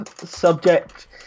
subject